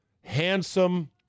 handsome